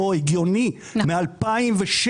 לא הגיוני מ-2016.